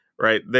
Right